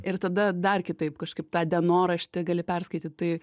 ir tada dar kitaip kažkaip tą dienoraštį gali perskaityt tai